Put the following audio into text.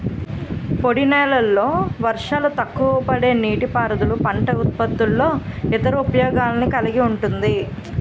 పొడినేలల్లో వర్షాలు తక్కువపడే నీటిపారుదల పంట ఉత్పత్తుల్లో ఇతర ఉపయోగాలను కలిగి ఉంటుంది